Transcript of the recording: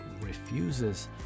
refuses